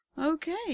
Okay